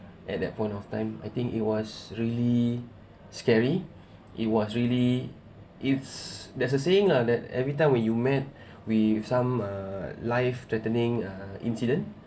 at that point of time I think it was really scary it was really it's there's a saying ah that every time when you met with some uh lifethreatening uh incident